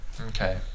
Okay